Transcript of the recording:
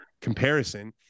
comparison